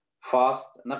fast